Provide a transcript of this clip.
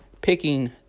picking